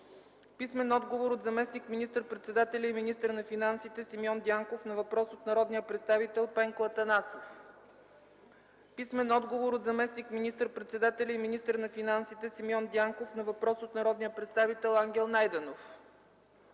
Николов; - заместник министър-председателя и министър на финансите Симеон Дянков на въпрос от народния представител Пенко Атанасов; - заместник министър-председателя и министър на финансите Симеон Дянков на въпрос от народния представител Ангел Найденов;